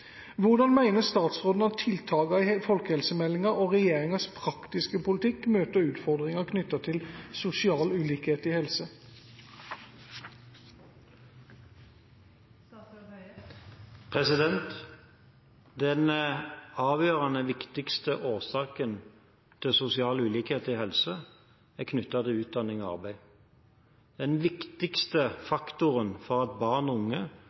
Hvordan mener statsråden at tiltakene i folkehelsemeldinga og regjeringas praktiske politikk møter utfordringer knyttet til sosial ulikhet i helse? Den avgjørende viktigste årsaken til sosial ulikhet i helse er knyttet til utdanning og arbeid. Den viktigste faktoren for at barn og unge